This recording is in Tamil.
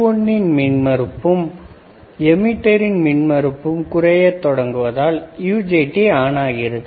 B1 இன் மின்மறுப்பு குறைவதால் எமிட்டரின் மின்மறுப்பு குறையத் தொடங்குவதால் UJT ஆன் ஆகிறது